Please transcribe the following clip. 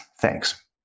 Thanks